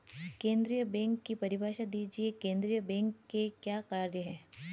केंद्रीय बैंक की परिभाषा दीजिए केंद्रीय बैंक के क्या कार्य हैं?